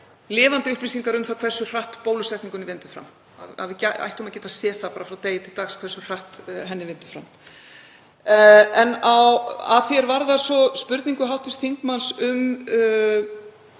lifandi upplýsingar um það hversu hratt bólusetningunni vindur fram, að við ættum að geta séð það frá degi til dags hversu hratt henni vindur fram. Að því er varðar spurningu hv. þingmanns um